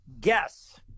guess